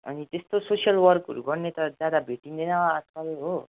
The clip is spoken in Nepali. अनि त्यस्तो सोसियल वर्कहरू गर्ने त ज्यादा भेटिँदैन आजकल हो